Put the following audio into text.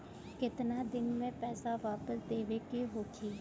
केतना दिन में पैसा वापस देवे के होखी?